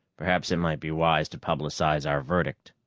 perhaps it might be wise to publicize our verdict.